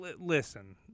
listen